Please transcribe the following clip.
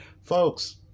Folks